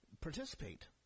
participate